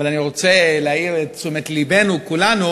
אבל אני רוצה להעיר את תשומת לבנו כולנו